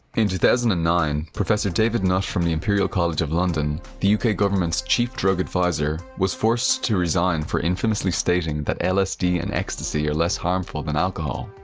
in two thousand and nine, professor david nutt from the imperial college of london, the uk government's chief drug advisor was forced to resign for infamously stating that lsd and ecstasy are less harmful than alcohol.